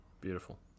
Beautiful